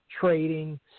trading